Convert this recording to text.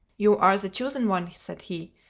you are the chosen one, said he.